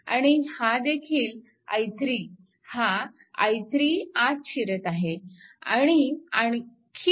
आणि हादेखील i3 हा i3 आत शिरत आहे